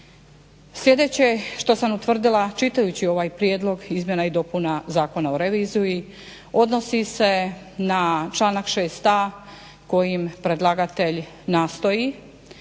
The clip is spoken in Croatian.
Sljedeće što sam utvrdila čitajući ovaj prijedlog izmjena i dopunama Zakona o reviziji odnosi se na članak 6.a kojim predlagatelj nastoji